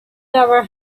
never